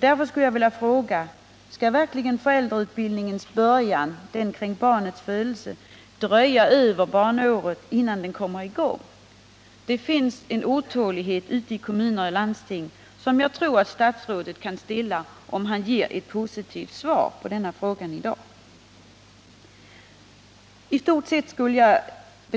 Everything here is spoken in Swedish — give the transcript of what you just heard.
Därför skulle jag vilja fråga: Skall verkligen föräldrautbildningens början, den kring barnens födelse, dröja över barnåret innan den kommer i gång? Det finns en otålighet ute i kommuner och landsting som jag tror att statsrådet kan stilla om han ger ett positivt svar i dag på frågan om föräldrautbildningen skall sättas i gång